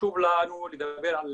חשוב לנו לדבר על